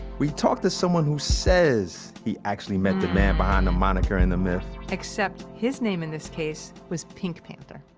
we talked to someone who says he actually met the man behind the moniker in the myth except his name in this case was pink panther.